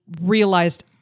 realized